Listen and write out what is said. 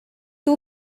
too